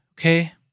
Okay